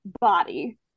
body